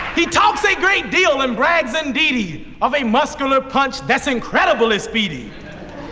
he talks a great deal, and brags indeed-y of a muscular punch that's incredibly speed-y.